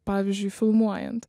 pavyzdžiui filmuojant